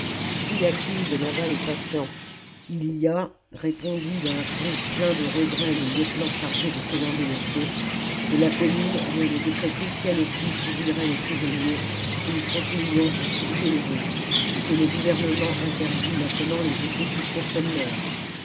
qu'y a-t-il demanda le patient il y a répondit d'un ton plein de regret le lieutenant chargé de commander le feu que la commune vient de décréter qu'elle aussi fusillerait les prisonniers si nous continuions à fusiller les vôtres et que le gouvernement interdit maintenant les exécutions sommaires